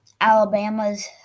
Alabama's